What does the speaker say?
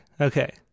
Okay